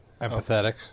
Empathetic